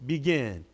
Begin